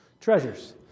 Treasures